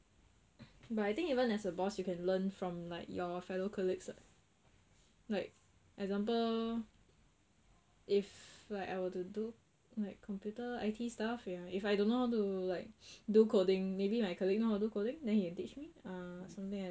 but I think even as a boss you can learn from like your fellow colleagues what like example if like I would to do like computer I_T stuff ya if I don't know how to like do coding maybe my colleague know how to do coding then he will teach me ah something like that